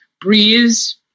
Breeze